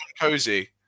cozy